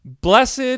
blessed